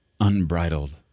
Unbridled